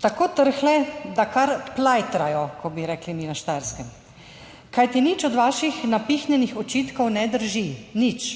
tako trhle, da kar plajtrajo, kot bi rekli mi na Štajerskem. Kajti nič od vaših napihnjenih očitkov ne drži, nič.